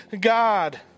God